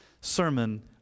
sermon